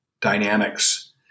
dynamics